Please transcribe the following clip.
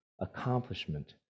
accomplishment